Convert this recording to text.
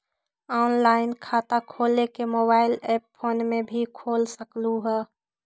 Online खाता खोले के मोबाइल ऐप फोन में भी खोल सकलहु ह?